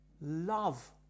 love